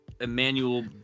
Emmanuel